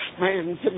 man